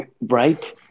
Right